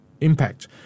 impact